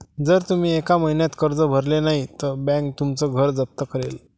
जर तुम्ही एका महिन्यात कर्ज भरले नाही तर बँक तुमचं घर जप्त करेल